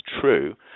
true